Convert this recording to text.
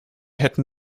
hätten